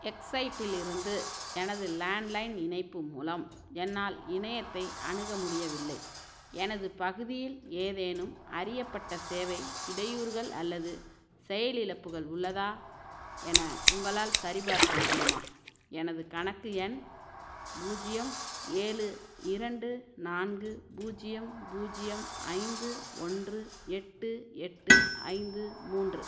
எக்ஸைட்டிலிருந்து எனது லேண்ட்லைன் இணைப்பு மூலம் என்னால் இணையத்தை அணுக முடியவில்லை எனது பகுதியில் ஏதேனும் அறியப்பட்ட சேவை இடையூறுகள் அல்லது செயலிழப்புகள் உள்ளதா என உங்களால் சரிபார்க்க முடியுமா எனது கணக்கு எண் பூஜ்ஜியம் ஏழு இரண்டு நான்கு பூஜ்ஜியம் பூஜ்ஜியம் ஐந்து ஒன்று எட்டு எட்டு ஐந்து மூன்று